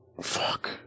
Fuck